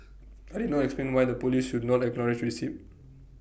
I did not explain why the Police would not acknowledge receipt